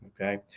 okay